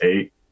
eight